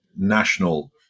national